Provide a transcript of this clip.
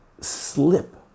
slip